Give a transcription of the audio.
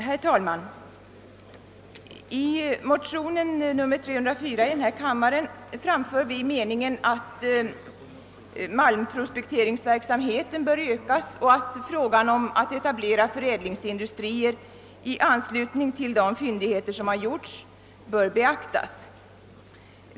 Herr talman! I motionerna 1: 272 och II: 304 framför vi motionärer åsikten att malmprospekteringsverksamheten bör ökas och att frågan om att etablera förädlingsindustrier i anslutning till de fyndigheter som upptäckts bör beaktas.